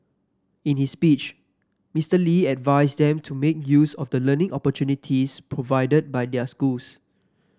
in his speech Mister Lee advised them to make use of the learning opportunities provided by their schools